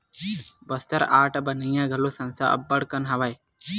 Bastar art बनइया घलो संस्था अब्बड़ कन हवय